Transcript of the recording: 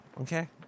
okay